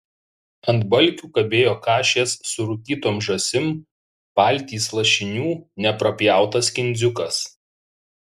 ant balkių kabėjo kašės su rūkytom žąsim paltys lašinių neprapjautas kindziukas